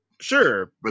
sure